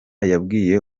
yabwiye